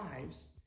lives